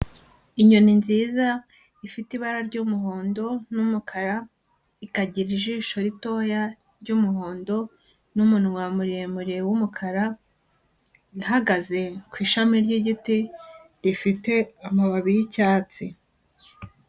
Inyoni nziza ifite ibara ry'umuhondo n'umukara, ikagira ijisho ritoya ry'umuhondo n'umunwa muremure w'umukara, ihagaze ku ishami ry'igiti rifite amababi y'icyatsi.